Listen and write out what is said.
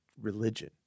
Religion